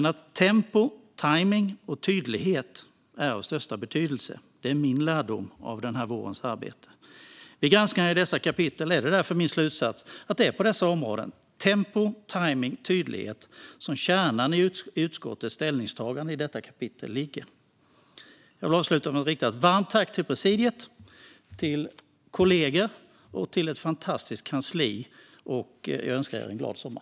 Att tempo, tajmning och tydlighet är av största betydelse är min lärdom av den här vårens arbete. Efter granskningen är min slutsats därför att det är på dessa områden - tempo, tajmning och tydlighet - som kärnan i utskottets ställningstagande i detta kapitel ligger. Jag vill avsluta med att rikta ett varmt tack till presidiet, till kollegor och till ett fantastiskt kansli. Jag önskar er en glad sommar.